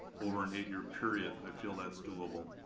over an eight-year period, i feel that's doable.